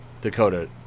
Dakota